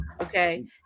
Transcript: okay